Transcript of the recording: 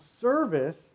service